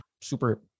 super